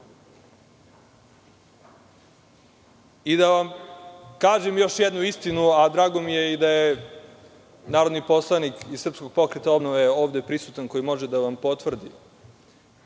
vam kažem još jednu istinu, a drago mi je i da je narodni poslanik iz Srpskog pokreta obnove ovde prisutan, koji može da vam potvrdi.